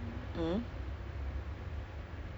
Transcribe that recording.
uh one of my brother dia